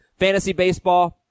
fantasybaseball